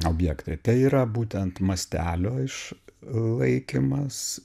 objektai tai yra būtent mastelio iš laikymas